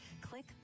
click